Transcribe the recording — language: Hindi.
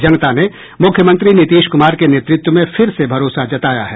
जनता ने मुख्यमंत्री नीतीश कुमार के नेतृत्व में फिर से भरोसा जताया है